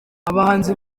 abahanzi